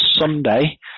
Sunday